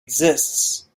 exists